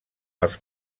els